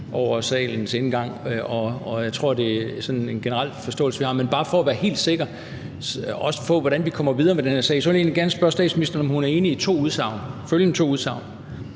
til salen – og jeg tror, at det er sådan en generel forståelse, vi har. Men bare for at være helt sikker på, hvordan vi kommer videre med den her sag, vil jeg egentlig gerne spørge statsministeren, om hun er enig i følgende to udsagn,